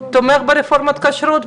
תומך ברפורמת הכשרות,